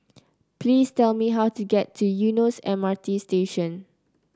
please tell me how to get to Eunos M R T Station